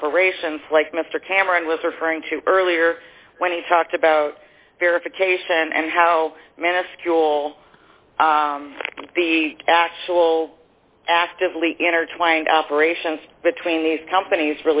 operations like mr cameron was referring to earlier when he talked about verification and how minuscule the actual actively intertwined operations between these companies